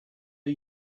are